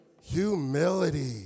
Humility